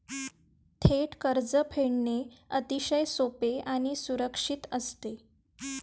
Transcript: थेट कर्ज फेडणे अतिशय सोपे आणि सुरक्षित असते